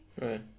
Right